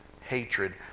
hatred